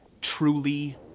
truly